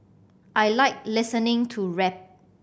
I like listening to rap